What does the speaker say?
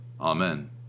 Amen